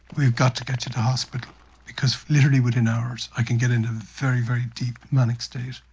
we've got to get you to hospital because literally within hours i can get into a very, very deep manic state,